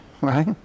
Right